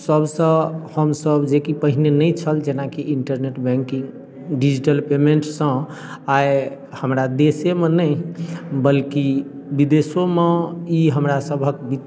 सबसँ हमसब जेकि पहिने नहि छल जेनाकि इंटरनेट बैंकिंग डिजिटल पेमेंटसँ आइ हमरा देशेमे नहि बल्कि विदेशोमे ई हमरा सभक